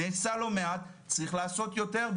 נעשה לא מעט צריך לעשות יותר.